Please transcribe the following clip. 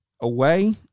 Away